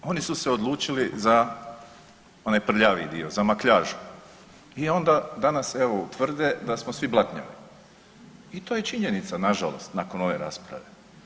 Oni su se odlučili za onaj prljaviji dio, za makljažu i onda danas evo, tvrde da smo svi blatnjavi i to je činjenica, nažalost nakon ove rasprave.